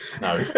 No